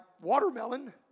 watermelon